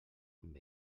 amb